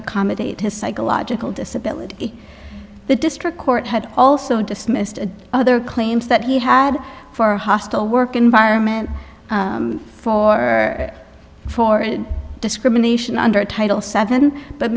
accommodate his psychological disability the district court had also dismissed other claims that he had four hostile work environment for for discrimination under title seven but